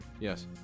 Yes